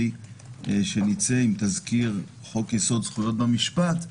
יציאת תזכיר חוק יסוד: זכויות במשפט,